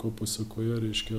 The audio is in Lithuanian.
ko pasekoje reiškia